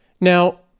Now